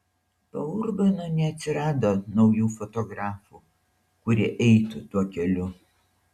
po urbono neatsirado naujų fotografų kurie eitų tuo keliu